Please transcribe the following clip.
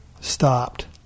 stopped